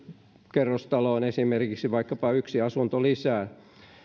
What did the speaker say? kerrostaloon esimerkiksi vaikkapa yksi asunto lisää